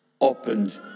opened